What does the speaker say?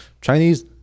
Chinese